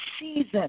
season